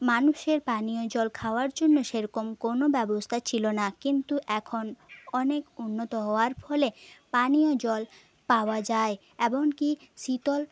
মানুষের পানীয় জল খাওয়ার জন্য সেরকম কোনো ব্যবস্থা ছিল না কিন্তু এখন অনেক উন্নত হওয়ার ফলে পানীয় জল পাওয়া যায় এমনকী শীতল